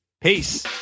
Peace